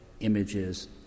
images